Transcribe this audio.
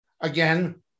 Again